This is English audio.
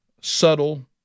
subtle